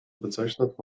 bezeichnet